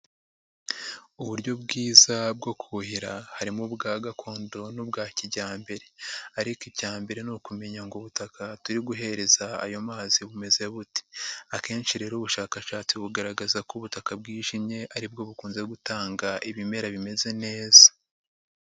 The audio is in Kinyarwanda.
Uburyo bwiza bwo kuhira harimo ubwa gakondo n'ubwa kijyambere ariko icya mbere ni ukumenya ngo ubutaka turi guhereza ayo mazi bumeze bute, akenshi rero ubushakashatsi bugaragaza ko ubutaka bwijimye aribwo bukunze gutanga ibimera bimeze neza.